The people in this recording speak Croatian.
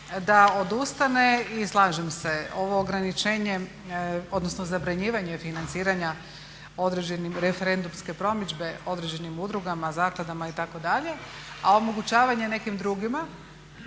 da odustane. I slažem se, ovo ograničenje odnosno zabranjivanje financiranja referendumske promidžbe određenim udrugama, zakladama itd. a omogućavanje nekim drugima.